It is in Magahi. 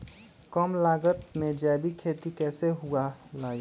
कम लागत में जैविक खेती कैसे हुआ लाई?